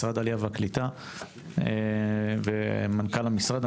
משרד העלייה והקליטה ומנכ"ל המשרד.